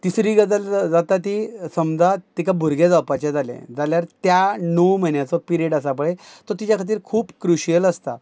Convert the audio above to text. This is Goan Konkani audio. तिसरी गजाल जा जाता ती समजा तिका भुरगें जावपाचें जालें जाल्यार त्या णव म्हयन्याचो पिरियड आसा पळय तो तिज्या खातीर खूप क्रुशीयल आसता